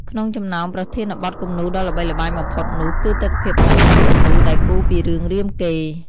ក្នុងចំណោមប្រធានបទគំនូរដ៏ល្បីល្បាញបំផុតនោះ គឺទិដ្ឋភាពសិល្បៈគំនូរដែលគូរពីរឿងរាមកេរ្តិ៍។